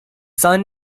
son